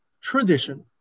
tradition